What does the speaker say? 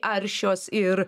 aršios ir